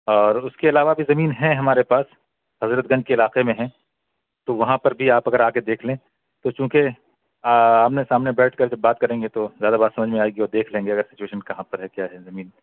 اور اس کے علاوہ بھی زمین ہیں ہمارے پاس حضرت گنج کے علاقے میں ہیں تو وہاں پر بھی اگر آپ آ کر دیکھ لیں تو چوںکہ آمنے سامنے بیٹھ کر کے بات کریں گے تو زیادہ بات سمجھ میں آئے گی اور دیکھ لیں گے اگر سچویشن کہاں پر ہے کیا ہے زمین